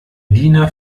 diener